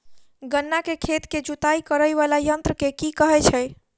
गन्ना केँ खेत केँ जुताई करै वला यंत्र केँ की कहय छै?